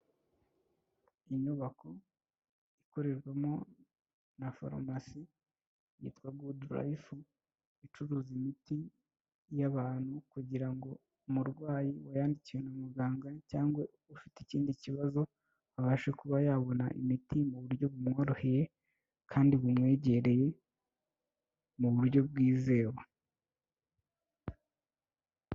Inyubako ikorerwamo na farumasi yitwa good life, icuruza imiti y'abantu kugira ngo umurwayi wayandikiwe na muganga cyangwa ufite ikindi kibazo, abashe kuba yabona imiti mu buryo bumworoheye kandi bumwegereye mu buryo bwizewe.